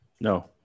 No